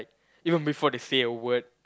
even before they say a word